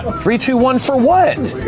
ah three, two, one for what?